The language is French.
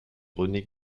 rené